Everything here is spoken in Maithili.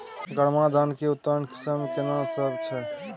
गरमा धान के उन्नत किस्म केना सब छै?